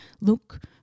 look